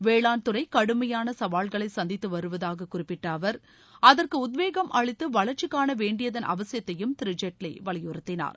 வேளாண் துறை கடுமையான சவால்களை சந்தித்து வருவதாக குறிப்பிட்ட அவர் அதற்கு உத்வேகம் அளித்து வளர்ச்சி காண வேண்டியதன் அவசியத்தையும் திரு ஜேட்லி வலியுறுத்தினார்